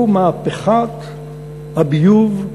מהפכת הביוב,